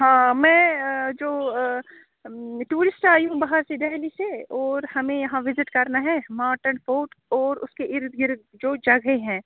ہاں میں جو ٹورسٹ آئی ہوں باہر سے دہلی سے اور ہمیں یہاں ویزٹ کرنا ہے مارٹن فورٹ اور اس کے اردگرد جو جگہیں ہیں